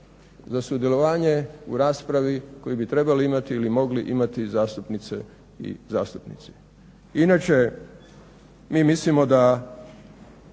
za sudjelovanje u raspravi koju bi trebali imati ili mogli imati zastupnice i zastupnici. Inače mi mislimo da